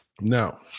Now